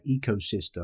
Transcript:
ecosystem